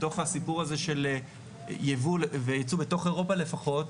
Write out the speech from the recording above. בתוך הסיפור הזה של יבוא ויצוא בתוך אירופה לפחות,